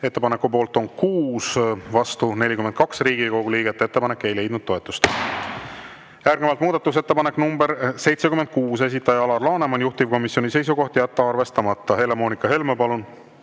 Ettepaneku poolt on 6, vastu 42 Riigikogu liiget. Ettepanek ei leidnud toetust. Järgnevalt muudatusettepanek nr 76, esitaja Alar Laneman, juhtivkomisjoni seisukoht on jätta arvestamata. Helle-Moonika Helme, palun!